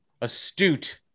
astute